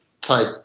type